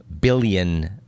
billion